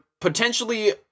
potentially